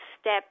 step